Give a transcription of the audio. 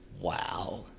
Wow